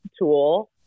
tool